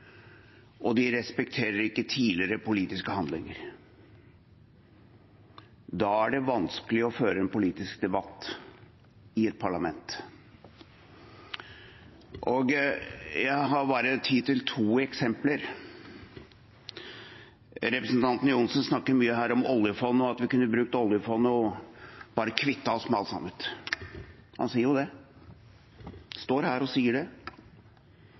og de respekterer ikke tidligere politiske handlinger. Da er det vanskelig å føre en politisk debatt i et parlament. Jeg har bare tid til to eksempler. Representanten Johnsen snakker mye her om oljefond og at vi kunne brukt oljefondet og bare kvittet oss med alt sammen. Han sier jo det, han står her og sier det.